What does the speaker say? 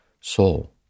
soul